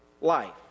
life